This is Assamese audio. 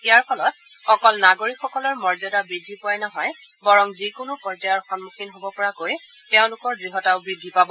ইয়াৰ ফলত অকল নাগৰিকসকলৰ মৰ্যাদা বৃদ্ধি পোৱাই নহয় বৰং যিকোনো বিপৰ্যয়ৰ সন্মুখীন হ'ব পৰাকৈ তেওঁলোকৰ দৃঢ়তাও বৃদ্ধি পাব